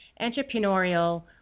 entrepreneurial